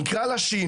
נקרא לה ש',